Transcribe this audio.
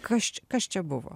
kas čia kas čia buvo